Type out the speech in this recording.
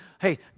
Hey